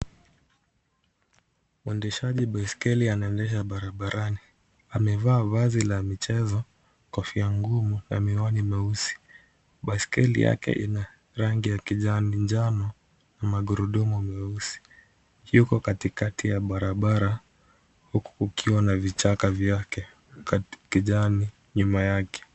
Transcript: Mwendeshaji baiskeli, anaendesha barabarani. Amevaa vazi la michezo, kofia ngumu na miwani meusi. Baiskeli yake, ina rangi ya kijani, njano na magurudumu meusi, yuko katikati ya barabara huku kukiwa na vichaka vyake, kijani, nyuma yake.